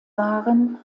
waren